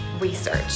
research